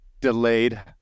delayed